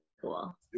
cool